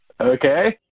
okay